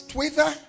Twitter